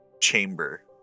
chamber